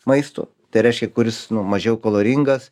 maisto tai reiškia kuris nu mažiau kaloringas